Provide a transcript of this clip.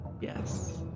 yes